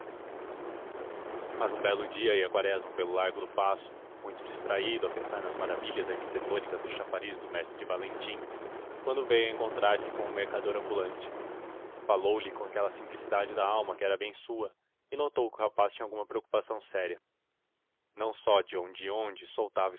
mas um belo dia ia quaresma pelo largo do paço muito distraído a pensar nas maravilhas arquitetônicas do chafariz do mestre valentim quando veio a encontrar-se com o mercador ambulante falou-lhe com aquela simplicidade dalma que era bem sua e notou que o rapaz tinha alguma preocupação séria não só de onde em onde soltava